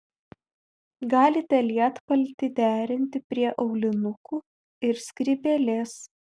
galite lietpaltį derinti prie aulinukų ir skrybėlės